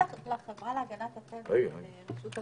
--- לתת לחברה להגנת הטבע את רשות הדיבור?